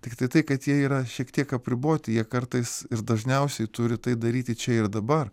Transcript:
tiktai tai kad jie yra šiek tiek apriboti jie kartais ir dažniausiai turi tai daryti čia ir dabar